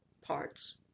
parts